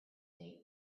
date